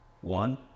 One